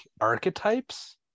archetypes